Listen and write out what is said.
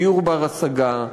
דיור בר-השגה,